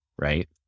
right